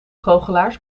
goochelaars